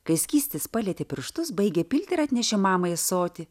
kai skystis palietė pirštus baigė pilt ir atnešė mamai ąsotį